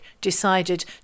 decided